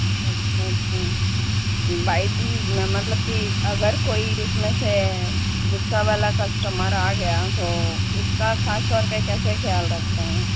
اچھا اچھا by the میں مطلب کہ اگر کوئی اس میں سے غصہ والا کسٹمر آ گیا تو اس کا خاص طور پہ کیسے خیال رکھتے ہیں